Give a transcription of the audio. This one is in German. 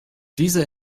dieser